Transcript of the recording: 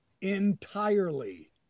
entirely